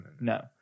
no